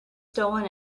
stolen